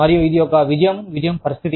మరియు ఇది ఒక విజయం విజయం పరిస్థితి